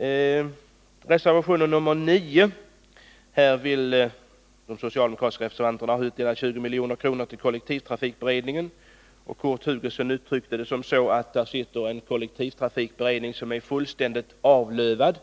I reservation 9 begär socialdemokraterna att ytterligare 20 milj.kr. skall anvisas till kollektivtrafikberedningen, och Kurt Hugosson uttryckte saken så, att kollektivtrafikberedningen är fullständigt avlövad